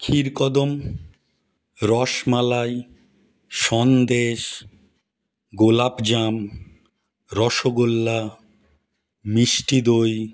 ক্ষীরকদম রসমালাই সন্দেশ গোলাপ জাম রসগোল্লা মিষ্টি দই